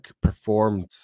performed